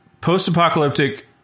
post-apocalyptic